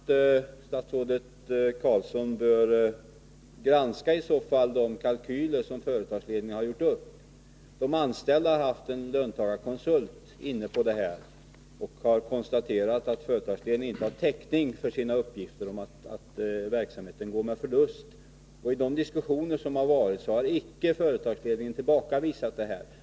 Herr talman! Jag tycker nog att statsrådet Carlsson i så fall bör granska de kalkyler som företagsledningen har gjort. De anställda har haft en löntagarkonsult inkopplad på detta och har konstaterat att företagsledningen inte har täckning för sina uppgifter om att verksamheten går med förlust. I de diskussioner som varit har företagsledningen icke tillbakavisat detta.